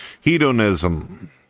Hedonism